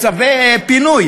צווי פינוי.